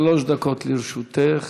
שלוש דקות לרשותך.